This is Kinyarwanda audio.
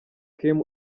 kim